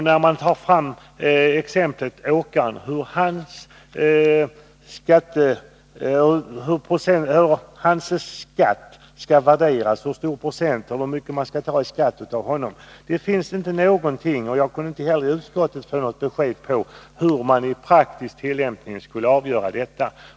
När det gäller exemplet med hur man skall så att säga värdera åkarens skatt, hur många procent man skall ta i skatt av honom, så finns det inte någonting att gå efter. Jag kunde inte heller i utskottet få något besked om hur man i praktisk tillämpning skulle avgöra detta.